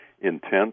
intent